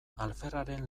alferraren